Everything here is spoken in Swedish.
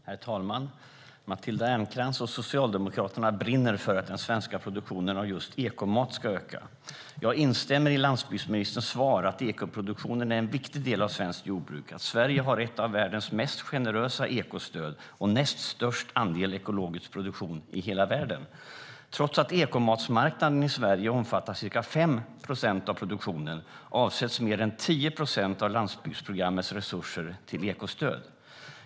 Herr talman! Matilda Ernkrans och Socialdemokraterna brinner för att den svenska produktionen av just ekomat ska öka. Jag instämmer i landsbygdsministerns svar att ekoproduktionen är en viktig del av svenskt jordbruk och att Sverige har ett av världens mest generösa ekostöd och näst störst andel ekologisk produktion i hela världen. Trots att ekomatsmarknaden i Sverige omfattar ca 5 procent av produktionen avsätts mer än 10 procent av landsbygdsprogrammets resurser till ekostöd.